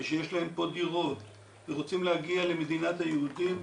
ושיש להם פה דירות ורוצים להגיע למדינת היהודים,